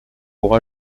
pour